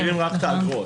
מביאים רק את האגרות.